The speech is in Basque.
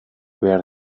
behar